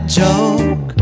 joke